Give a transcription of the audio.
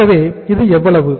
ஆகவே இது எவ்வளவு